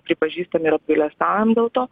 pripažįstam ir apgailestaujam dėl to